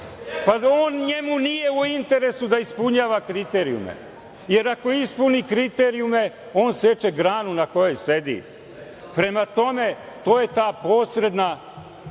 sa vlasti. Njemu nije u interesu da ispunjava kriterijume, jer ako ispuni kriterijume on seče granu na kojoj sedi. Prema tome, to je ta posredna